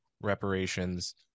reparations